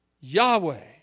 Yahweh